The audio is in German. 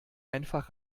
einfach